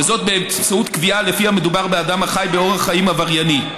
וזאת באמצעות קביעה שלפיה מדובר באדם החי באורח חיים עברייני.